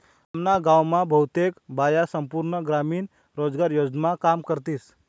आम्ना गाव मा बहुतेक बाया संपूर्ण ग्रामीण रोजगार योजनामा काम करतीस